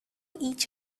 each